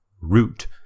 Root